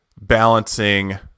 balancing